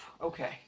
Okay